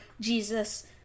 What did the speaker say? Jesus